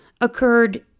occurred